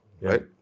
right